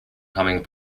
coming